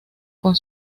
con